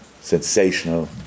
sensational